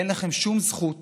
אין לכם שום זכות